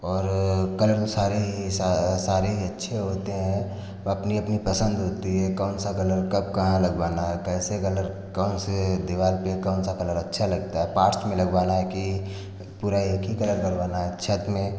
और कलर सारे सारे अच्छे होते हैं अपनी अपनी पसंद होती है कौन सा कलर कब कहाँ लगवाना है कइसे कलर कौन से दीवाल पे कौन सा कलर अच्छा लगता है पार्टच में लगवाना है कि पूरा एक ही कलर करवाना है छत में